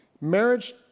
marriage